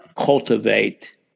Cultivate